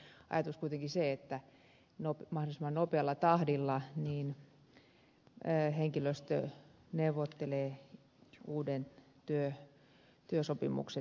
nyt on ajatus kuitenkin se että mahdollisimman nopealla tahdilla henkilöstö neuvottelee uudet työsopimukset itselleen